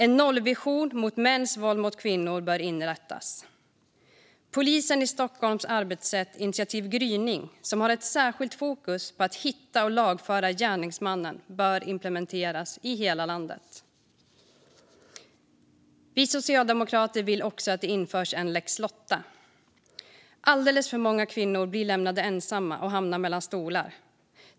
En nollvision för mäns våld mot kvinnor bör inrättas. Stockholmspolisens arbetssätt Initiativ Gryning, som har särskilt fokus på att hitta och lagföra gärningsmännen, bör implementeras i hela landet. Vi socialdemokrater vill också att det införs en lex Lotta. Alldeles för många kvinnor blir lämnade ensamma och hamnar mellan två stolar.